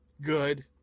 good